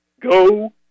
Go